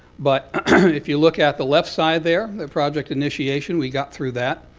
but if you look at the left side there, the project initiation, we got through that.